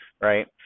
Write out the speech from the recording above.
right